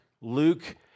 Luke